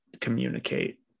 communicate